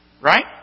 Right